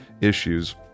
issues